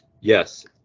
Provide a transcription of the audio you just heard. Yes